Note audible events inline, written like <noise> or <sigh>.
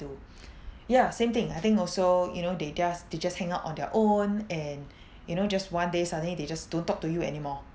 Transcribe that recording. do <breath> yeah same thing I think also you know they just they just hang out on their own and you know just one day suddenly they just don't talk to you anymore